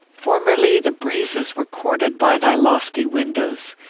formerly, the breezes were courted by thy lofty windows.